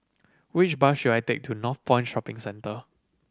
which bus should I take to Northpoint Shopping Centre